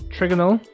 Trigonal